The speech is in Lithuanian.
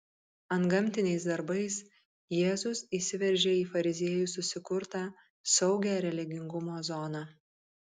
antgamtiniais darbais jėzus įsiveržė į fariziejų susikurtą saugią religingumo zoną